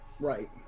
Right